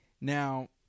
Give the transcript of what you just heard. Now